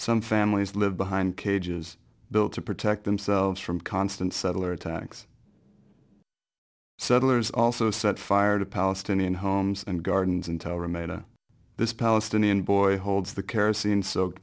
some families live behind cages built to protect themselves from constant settler attacks settlers also set fire to palestinian homes and gardens and tell remain this palestinian boy holds the kerosene soaked